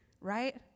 right